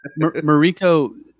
Mariko